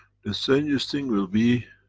the strangest thing will be,